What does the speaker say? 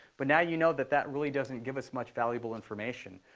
but now you know that that really doesn't give us much valuable information.